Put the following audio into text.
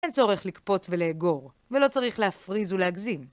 אין צורך לקפוץ ולאגור, ולא צריך להפריז ולהגזים.